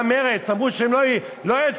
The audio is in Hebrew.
גם מרצ אמרו שהם לא יצביעו.